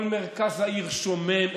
כל מרכז העיר שומם.